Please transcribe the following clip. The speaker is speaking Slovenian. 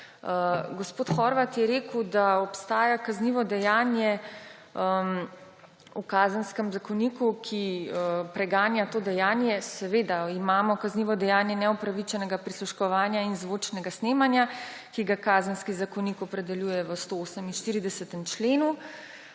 Gospod Horvat je rekel, da obstaja kaznivo dejanje v Kazenskem zakoniku, ki preganja to dejanje. Seveda imamo kaznivo dejanje neupravičenega prisluškovanja in zvočnega snemanja, ki ga Kazenski zakonik opredeljuje v 148. členu,